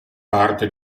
parte